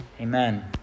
Amen